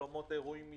אולמות אירועים,